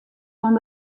fan